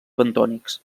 bentònics